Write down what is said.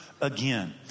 again